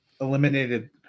eliminated